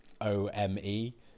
O-M-E